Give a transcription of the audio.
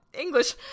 English